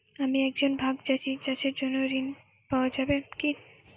আমি একজন ভাগ চাষি চাষের জন্য ঋণ পাওয়া যাবে কি?